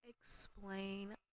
explain